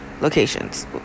locations